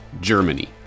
Germany